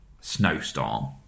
snowstorm